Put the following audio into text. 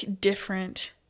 different